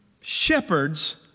shepherds